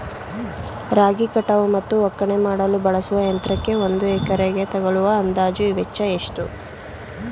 ರಾಗಿ ಕಟಾವು ಮತ್ತು ಒಕ್ಕಣೆ ಮಾಡಲು ಬಳಸುವ ಯಂತ್ರಕ್ಕೆ ಒಂದು ಎಕರೆಗೆ ತಗಲುವ ಅಂದಾಜು ವೆಚ್ಚ ಎಷ್ಟು?